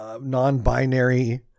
Non-binary